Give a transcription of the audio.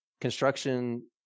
construction